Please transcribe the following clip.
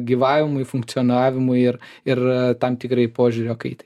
gyvavimui funkcionavimui ir ir tam tikrai požiūrio kaitai